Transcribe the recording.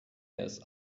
ist